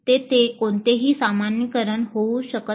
तेथे कोणतेही सामान्यीकरण होऊ शकत नाही